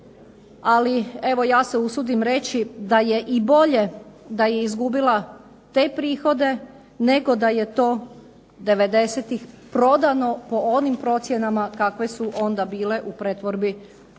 ali evo ja se usudim reći da je i bolje da je izgubila te prihode nego da je to '90-ih prodano po onim procjenama kakve su onda bile u pretvorbi tada